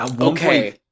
Okay